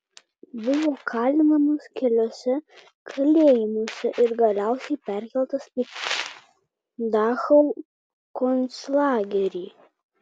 buvo kalinamas keliuose kalėjimuose ir galiausiai perkeltas į dachau konclagerį